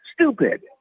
stupid